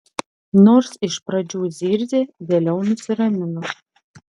nors iš pradžių zirzė vėliau nusiramino